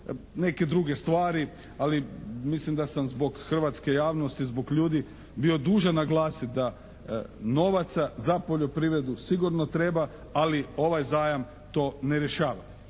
neke druge stvari ali mislim da sam zbog hrvatske javnosti, zbog ljudi bio dužan naglasiti da novaca za poljoprivredu sigurno treba ali ovaj zajam to ne rješava.